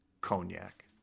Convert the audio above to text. cognac